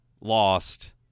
lost